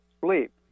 sleep